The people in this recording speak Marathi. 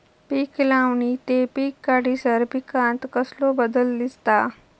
पीक लावणी ते पीक काढीसर पिकांत कसलो बदल दिसता?